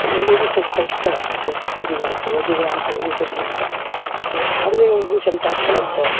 تو وہ بھی سوچتا ہے کتنا عزت والی بات ہے اردو زبان سے عزت ملتا ہے ایسے ہر جگہ اردو چلتا اچھا لگتا ہے